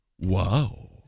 Wow